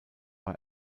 war